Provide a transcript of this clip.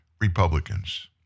Republicans